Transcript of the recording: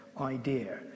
Idea